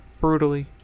brutally